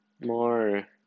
more